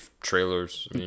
trailers